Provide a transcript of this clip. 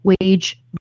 wage